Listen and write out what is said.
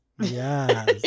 Yes